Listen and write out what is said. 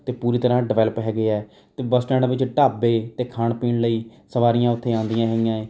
ਅਤੇ ਪੂਰੀ ਤਰ੍ਹਾਂ ਡਿਵੇਲਪ ਹੈਗੇ ਹੈ ਬੱਸ ਸਟੈਂਡ ਵਿੱਚ ਢਾਬੇ ਅਤੇ ਖਾਣ ਪੀਣ ਲਈ ਸਵਾਰੀਆਂ ਉੱਥੇ ਆਉਂਦੀਆਂ ਹੈਗੀਆਂ ਹੈ